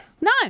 No